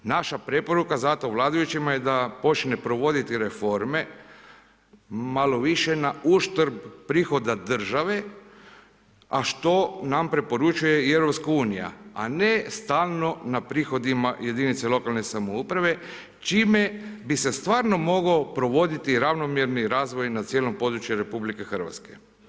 Naša preporuka vladajućima je da počne provoditi reforme malo više na uštrb prihoda države a što nam preporučuje i Europska unija, a ne stalno na prihodima jedinice lokalne samouprave čime bi se stvarno mogao provoditi ravnomjerni razvoj na cijelom području Republike Hrvatske.